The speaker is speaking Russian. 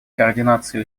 координации